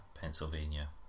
Pennsylvania